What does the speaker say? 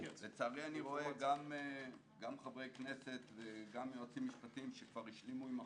אני רואה גם חברי כנסת וגם יועצים משפטיים שכבר השלימו עם החוק,